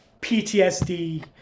PTSD